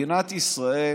מדינת ישראל